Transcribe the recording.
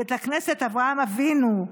בית הכנסת אברהם אבינו,